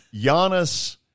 Giannis